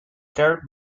served